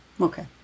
Okay